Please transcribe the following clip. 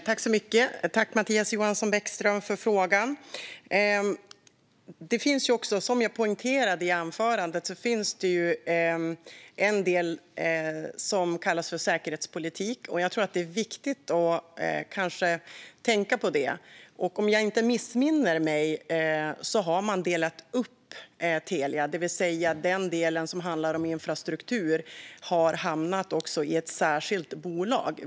Herr talman! Jag tackar Mattias Bäckström Johansson för frågan. Det finns också, som jag poängterade i anförandet, en del som kallas för säkerhetspolitik. Jag tror att det är viktigt att tänka på det. Om jag inte missminner mig har man delat upp Telia, det vill säga att den del som handlar om infrastruktur har hamnat i ett särskilt bolag.